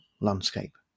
landscape